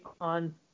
on